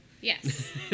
yes